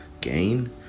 gain